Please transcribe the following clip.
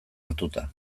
hartuta